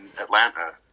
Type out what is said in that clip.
Atlanta